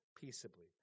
peaceably